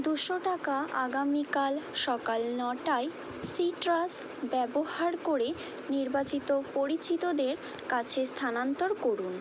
দুশো টাকা আগামীকাল সকাল নটায় সিট্রাস ব্যবহার করে নির্বাচিত পরিচিতদের কাছে স্থানান্তর করুন